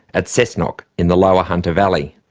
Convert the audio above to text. at cessnock, in the lower hunter valley.